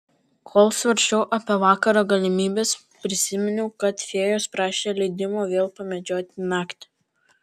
kol svarsčiau apie vakaro galimybes prisiminiau kad fėjos prašė leidimo vėl pamedžioti naktį